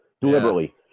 deliberately